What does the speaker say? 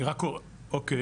אוקיי,